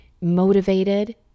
motivated